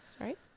Right